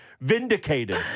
vindicated